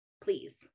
Please